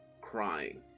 crying